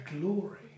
glory